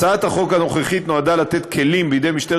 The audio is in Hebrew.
הצעת החוק הנוכחית נועדה לתת כלים בידי משטרת